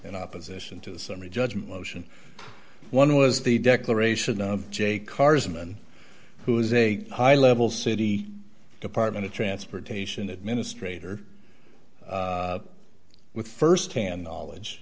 in opposition to the summary judgment motion one was the declaration of jay carson who is a high level city department of transportation administrator with firsthand knowledge